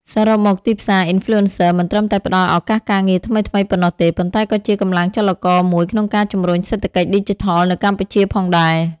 សរុបមក ទីផ្សារ Influencer មិនត្រឹមតែផ្ដល់ឱកាសការងារថ្មីៗប៉ុណ្ណោះទេ ប៉ុន្តែក៏ជាកម្លាំងចលករមួយក្នុងការជំរុញសេដ្ឋកិច្ចឌីជីថលនៅកម្ពុជាផងដែរ។